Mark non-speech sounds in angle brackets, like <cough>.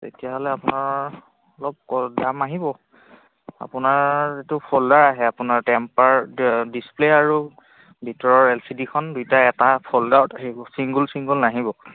তেতিয়াহ'লে আপোনাৰ অলপ <unintelligible> দাম আহিব আপোনাৰ এইটো ফল্ডাৰ আহে আপোনাৰ টেমপাৰ ডিছপ্লে আৰু ভিতৰৰ এল চি ডিখন দুয়োটাই এটা ফল্ডাৰত আহিব চিংগল চিংগল নাহিব